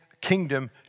kingdom